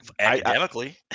Academically